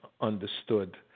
understood